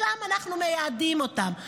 לשם אנחנו מייעדים אותם: